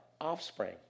offspring